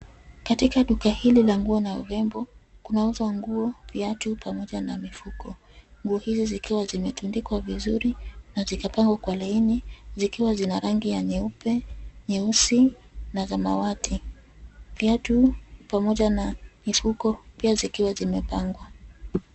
Katika duka hili la nguo na urembo, kunauzwa nguo, viatu, pamoja na mifuko. Nguo hizi zikiwa zimetundikwa vizuri, na zikapangwa kwa laini, zikiwa zina rangi ya nyeupe, nyeusi, na samawati. Viatu, pamoja na mifugo, pia zikiwa zimepangwa.